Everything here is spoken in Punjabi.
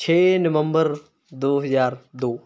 ਛੇ ਨਵੰਬਰ ਦੋ ਹਜ਼ਾਰ ਦੋ